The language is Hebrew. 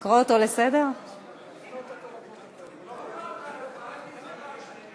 אני בטוחה במה שהוצאתי,